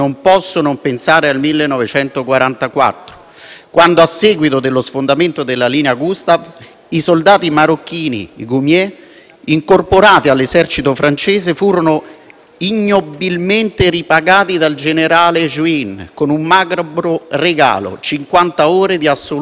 quando, a seguito dello sfondamento della linea Gustav, i soldati marocchini *goumier*, incorporati all'esercito francese, furono ignobilmente ripagati dal generale Juin con un macabro regalo: cinquanta ore di assoluta libertà *(Applausi